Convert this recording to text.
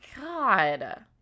god